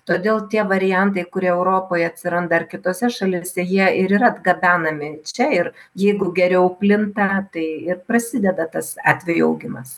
todėl tie variantai kurie europoje atsiranda ir kitose šalyse jie ir yra atgabenami čia ir jeigu geriau plinta tai ir prasideda tas atvejų augimas